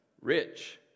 Rich